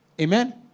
amen